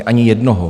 Ani jednoho.